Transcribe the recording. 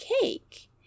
cake